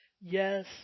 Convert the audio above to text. yes